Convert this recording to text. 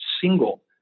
single